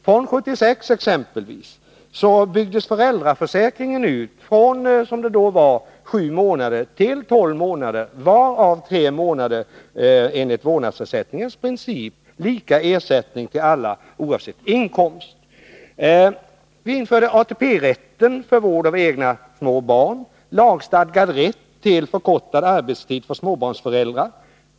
Föräldraförsäkringen byggdes exempelvis från 1976 ut från, som det då omfattade, sju månader till att omfatta tolv månader, varav tre månader enligt vårdnadsersättningsprincipen — lika ersättning till alla oavsett inkomst. Vi införde ATP-rätt för vårdnad av egna små barn och lagstadgad rätt till förkortad arbetstid för småbarnsföräldrar.